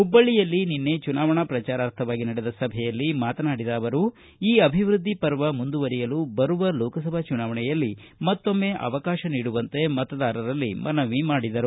ಹುಬ್ಬಳ್ಳಿಯಲ್ಲಿ ನಿನ್ನೆ ಚುನಾವಣಾ ಪ್ರಚಾರಾರ್ಥವಾಗಿ ನಡೆದ ಸಭೆಯಲ್ಲಿ ಮಾತನಾಡಿದ ಅವರು ಈ ಅಭಿವೃದ್ದಿ ಪರ್ವ ಮುಂದುವರಿಯಲು ಬರುವ ಲೋಕಸಭಾ ಚುನಾವಣೆಯಲ್ಲಿ ಮತ್ತೊಮ್ನೆ ಅವಕಾಶ ನೀಡುವಂತೆ ಮತದಾರರಲ್ಲಿ ಮನವಿ ಮಾಡಿದರು